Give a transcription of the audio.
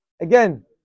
again